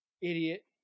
Idiot